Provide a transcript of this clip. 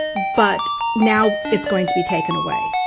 but now, it's going to be taken away.